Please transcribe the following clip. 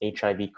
HIV